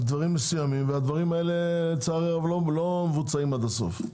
על דברים מסוימים והדברים האלה לצערי הרב לא מבוצעים עד הסוף.